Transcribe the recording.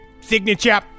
signature